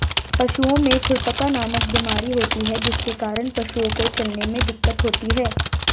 पशुओं में खुरपका नामक बीमारी होती है जिसके कारण पशुओं को चलने में दिक्कत होती है